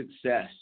success –